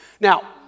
Now